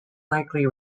likely